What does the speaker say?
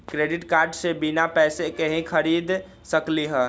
Credit card से बिना पैसे के ही खरीद सकली ह?